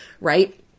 right